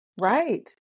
Right